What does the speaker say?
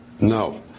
No